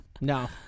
No